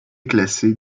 classée